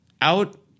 out